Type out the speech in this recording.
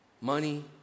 money